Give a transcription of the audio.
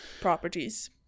properties